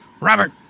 Robert